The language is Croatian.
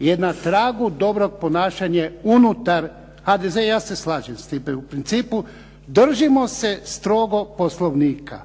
je na tragu dobrog ponašanja unutar HDZ-a i ja se slažem s time u principu. Držimo se strogo Poslovnika,